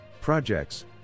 Projects